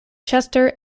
chester